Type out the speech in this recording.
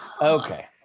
Okay